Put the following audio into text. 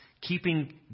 keeping